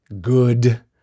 good